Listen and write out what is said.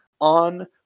on